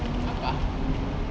no ah